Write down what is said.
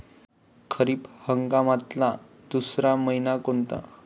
खरीप हंगामातला दुसरा मइना कोनता?